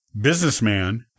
businessman